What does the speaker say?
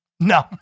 No